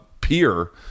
peer